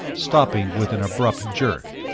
stopping with an abrupt jerk,